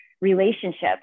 relationships